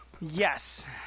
Yes